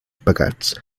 pecats